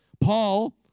Paul